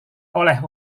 oleh